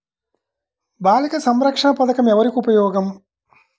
బాలిక సంరక్షణ పథకం ఎవరికి ఉపయోగము?